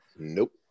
Nope